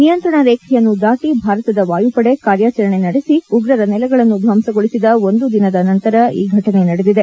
ನಿಯಂತ್ರಣ ರೇಖೆಯನ್ನು ದಾಟಿ ಭಾರತದ ವಾಯುಪಡೆ ಕಾರ್ಯಾಚರಣೆ ನಡೆಸಿ ಉಗ್ರರ ನೆಲೆಗಳನ್ನು ಧ್ವಂಸಗೊಳಿಸಿದ ಒಂದು ದಿನದ ನಂತರ ಈ ಘಟನೆ ನಡೆದಿದೆ